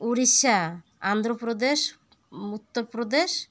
Odisha Andhra Pradesh Uttar Pradesh